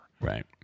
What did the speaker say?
Right